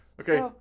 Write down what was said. Okay